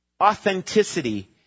authenticity